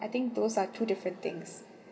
I think those are two different things